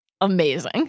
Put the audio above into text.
amazing